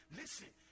listen